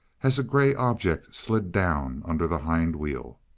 as a gray object slid down under the hind wheel.